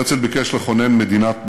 הרצל ביקש לכונן מדינת מופת,